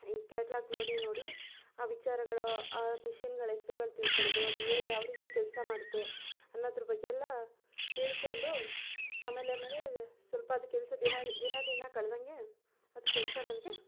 ಈ ಕ್ಯಾಟ್ಲಾಗ್ ನೋಡಿ ನೋಡಿ ಆ ವಿಚಾರಗಳು ಆ ಮಿಷಿನ್ಗಳು ಹೆಸ್ರ್ಗಳು ತಿಳ್ಕೊಳ್ಳೋದು ಅದು ಎ ಯಾವ ರೀತಿ ಕೆಲಸ ಮಾಡುತ್ತೆ ಅನ್ನೋದ್ರ ಬಗ್ಗೆ ಎಲ್ಲ ತಿಳ್ಕೊಂಡು ಆಮೇಲೆ ಆಮೇಲೆ ಸ್ವಲ್ಪ ಅದು ಕೆಲಸ ದಿನಾ ದಿನ ದಿನ ಕಳ್ದಂತೆ ಅದು ಕೆಲಸ ನನಗೆ